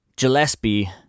Gillespie